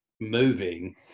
moving